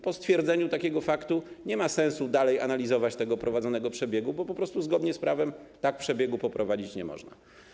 Po stwierdzeniu takiego faktu nie ma sensu dalej analizować prowadzonego przebiegu, bo po prostu zgodnie z prawem tak przebiegu poprowadzić nie można.